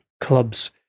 clubs